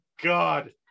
god